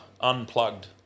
unplugged